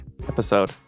episode